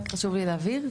רק חשוב לי להבהיר,